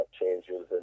changes